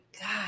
God